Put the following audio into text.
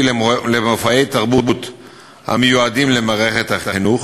למופעי תרבות המיועדים למערכת החינוך,